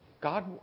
God